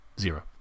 Zero